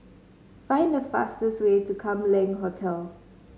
find the fastest way to Kam Leng Hotel